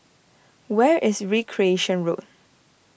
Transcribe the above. Where is Recreation Road